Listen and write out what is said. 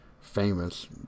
famous